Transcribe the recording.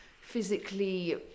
physically